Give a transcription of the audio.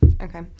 okay